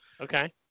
Okay